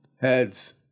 Heads